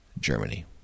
Germany